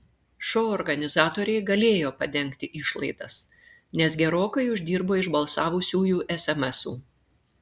šou organizatoriai galėjo padengti išlaidas nes gerokai uždirbo iš balsavusiųjų esemesų